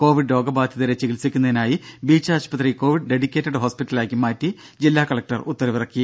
Covid രോഗബാധിതരെ ചികിത്സിക്കുന്നതിനായി beach ആശുപത്രി കോവിഡ് ഡെഡിക്കേറ്റഡ് ഹോസ്പിറ്റലായി മാറ്റി ജില്ലാ കലക്ടർ ഉത്തരവിറക്കി